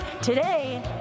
Today